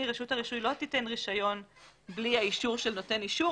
רשות הרישוי לא תיתן רישיון בלי האישור של נותן אישור,